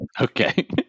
Okay